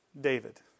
David